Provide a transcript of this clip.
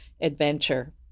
adventure